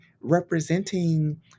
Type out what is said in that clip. representing